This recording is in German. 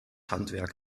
handwerk